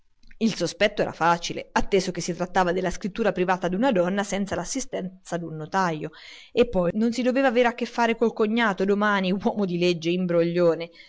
il sospetto era facile atteso che si trattava della scrittura privata d'una donna senza l'assistenza d'un notajo e poi non si doveva aver da fare col cognato domani uomo di legge imbroglione